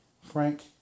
Frank